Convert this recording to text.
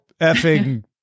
effing